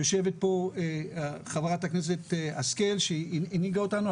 יושבת פה חברת הכנסת השכל שהיא הנהיגה אותנו.